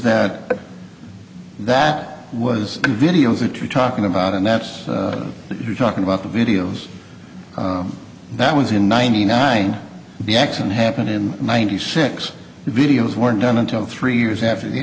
that that was videos that you're talking about and that's what you're talking about the videos that was in ninety nine the accident happened in ninety six videos weren't done until three years after the